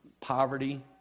poverty